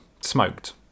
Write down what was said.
smoked